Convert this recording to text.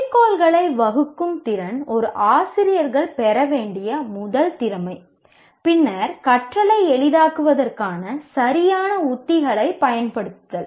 குறிக்கோள்களை வகுக்கும் திறன் ஒரு ஆசிரியர்கள் பெற வேண்டிய முதல் திறமை பின்னர் கற்றலை எளிதாக்குவதற்கான சரியான உத்திகளைப் பயன்படுத்துதல்